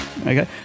Okay